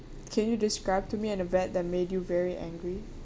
can you describe to me an event that made you very angry